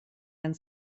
and